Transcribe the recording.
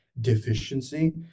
deficiency